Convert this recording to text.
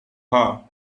her